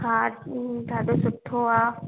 हा ॾाढो सुठो आहे